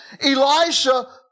Elisha